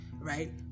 right